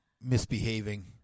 misbehaving